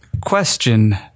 Question